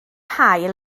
haul